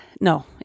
No